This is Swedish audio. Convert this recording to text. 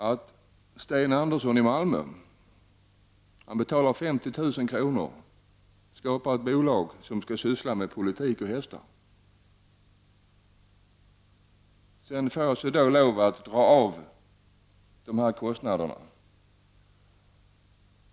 Om Sten Andersson i Malmö betalar 50 000 kr. och grundar ett bolag som skall syssla med politik och hästar kan han dra av sina kostnader.